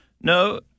No